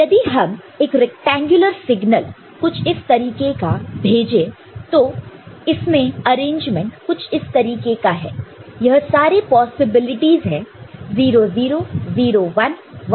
तो यदि हम एक रैक्टेंगुलर सिग्नल कुछ इस तरीके का भेज तो तो इसमें अरेंजमेंट कुछ इस तरीके का है यह सारे पॉसिबिलिटीज है 0 0 0 1 1 0 और 1 1 है